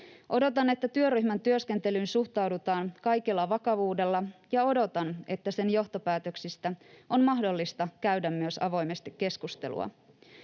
Odotan, että työryhmän työskentelyyn suhtaudutaan kaikella vakavuudella, ja odotan, että sen johtopäätöksistä on mahdollista käydä myös avoimesti keskustelua.